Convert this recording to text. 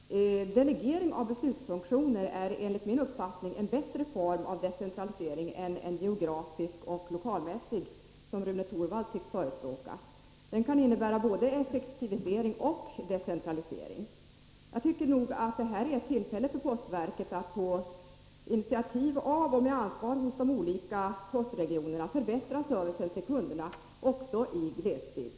Herr talman! Delegering av beslutsfunktioner är enligt min uppfattning en bättre form av decentralisering än en geografisk och lokalmässig, som Rune Torwald tycks förespråka. Den kan innebära både effektivisering och decentralisering. Jag tycker nog att detta är ett tillfälle för postverket att på initiativ av och med ansvar hos de olika postregionerna förbättra servicen till kunderna — också i glesbygd.